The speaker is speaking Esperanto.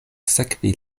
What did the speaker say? sekvi